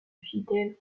fidèle